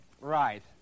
right